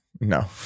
No